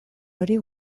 hori